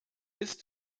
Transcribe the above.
ist